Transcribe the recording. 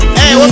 Hey